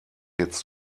jetzt